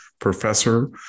professor